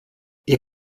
ihr